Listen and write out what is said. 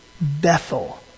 Bethel